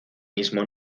mismo